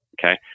Okay